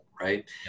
right